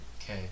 Okay